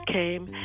came